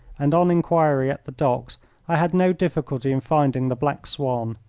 and on inquiry at the docks i had no difficulty in finding the black swan,